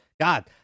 God